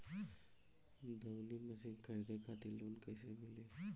दऊनी मशीन खरीदे खातिर लोन कइसे मिली?